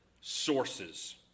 sources